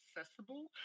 accessible